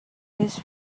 his